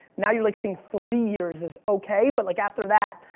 now you're like seeing three years is okay, but like after that.